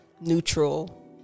neutral